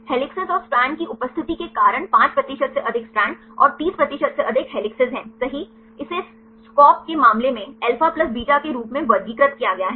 helices और strand की उपस्थिति के कारण 5 प्रतिशत से अधिक स्ट्रैंड और 30 प्रतिशत से अधिक हेलिक्स है सही इसे एससीओपी के मामले में अल्फा प्लस बीटा के रूप में वर्गीकृत किया गया है